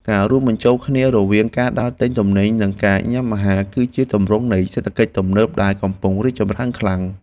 ការរួមបញ្ចូលគ្នារវាងការដើរទិញទំនិញនិងការញ៉ាំអាហារ គឺជាទម្រង់នៃសេដ្ឋកិច្ចទំនើបដែលកំពុងរីកចម្រើនខ្លាំង។